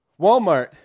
Walmart